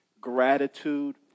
gratitude